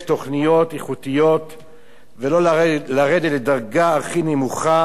ולא לרדת לדרגה הכי נמוכה ולהתחרות עם ערוץ-2.